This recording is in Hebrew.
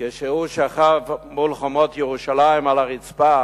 כשהוא שכב מול חומות ירושלים על הרצפה